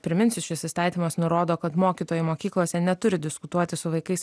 priminsiu šis įstatymas nurodo kad mokytojai mokyklose neturi diskutuoti su vaikais